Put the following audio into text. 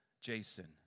Jason